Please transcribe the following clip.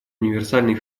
универсальный